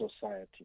society